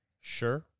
Sure